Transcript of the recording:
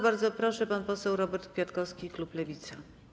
Bardzo proszę, pan poseł Robert Kwiatkowski, klub Lewica.